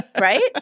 right